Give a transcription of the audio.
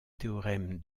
théorème